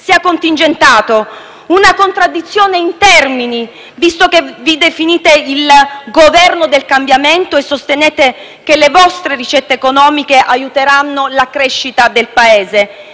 e contingentato; una contraddizione in termini, visto che vi definite il Governo del cambiamento e sostenete che le vostre ricette economiche aiuteranno la crescita del Paese.